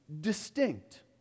distinct